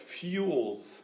fuels